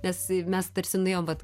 nes mes tarsi nuėjom vat